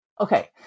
Okay